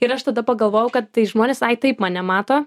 ir aš tada pagalvojau kad tai žmonės ai taip mane mato